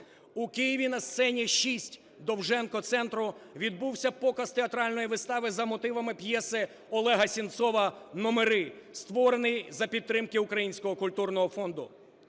У Києві на "Сцені 6" Довженко-Центру відбувся показ театральної вистави за мотивами п'єси Олега Сенцова "Номери", створений за підтримки Українського культурного фонду.